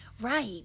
Right